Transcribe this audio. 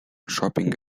shopping